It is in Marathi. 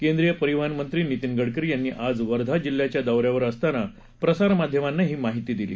केंद्रीय परिवहन मंत्री नितिन गडकरी यांनी आज वर्धा जिल्ह्याच्या दौऱ्यावर असताना प्रसारमाध्यमांना ही माहिती दिली